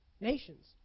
Nations